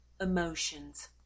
emotions